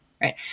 right